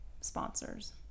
sponsors